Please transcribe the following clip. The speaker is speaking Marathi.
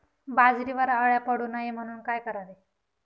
बाजरीवर अळ्या पडू नये म्हणून काय करावे?